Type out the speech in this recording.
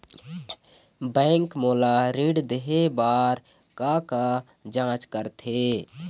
Bank मोला ऋण देहे बार का का जांच करथे?